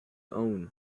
own